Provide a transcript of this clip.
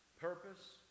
Purpose